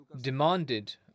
demanded